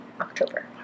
October